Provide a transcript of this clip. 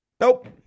Nope